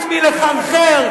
חוץ מלחרחר,